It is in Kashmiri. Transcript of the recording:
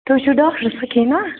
تُہۍ چھُو ڈاکٹر سٔکیٖنا